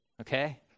Okay